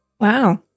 wow